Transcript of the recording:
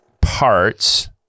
parts